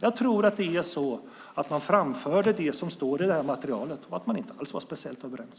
Jag tror att man framförde det som står i materialet och att man inte alls var speciellt överens.